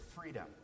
freedom